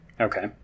Okay